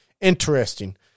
interesting